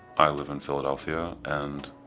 i live in philadelphia and